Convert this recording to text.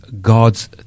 god's